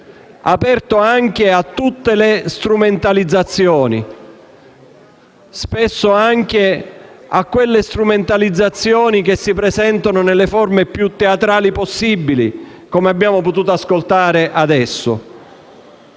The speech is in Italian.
aperto anche a tutte le strumentalizzazioni, spesso anche a quelle che si presentano nelle forme più teatrali possibili, come abbiamo potuto ascoltare adesso.